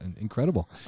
incredible